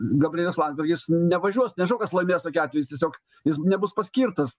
gabrielius landsbergis nevažiuos nežinau kas laimės tokiu atveju tiesiog jis nebus paskirtas